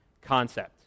concept